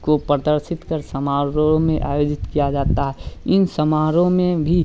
को प्रदर्शित कर समारोह में आयोजित किया जाता है इन समारोह में भी